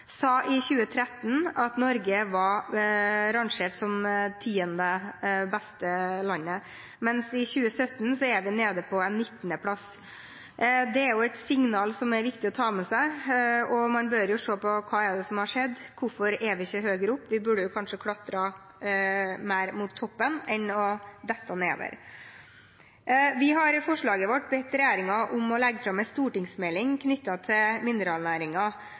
beste landet, mens i 2017 er vi nede på 19. plass. Det er et signal som er viktig å ta med seg. Man bør se på hva som har skjedd. Hvorfor er vi ikke høyere opp? Vi burde kanskje ha klatret mer mot toppen enn å falle nedover. Vi har i forslaget vårt bedt regjeringen om å legge fram en stortingsmelding knyttet til